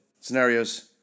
scenarios